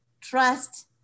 trust